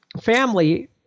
family